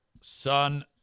Son